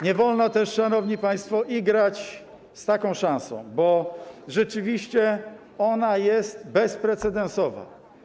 Nie wolno też, szanowni państwo, igrać z taką szansą, bo rzeczywiście ona jest bezprecedensowa.